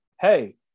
hey